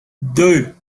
deux